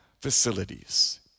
facilities